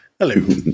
Hello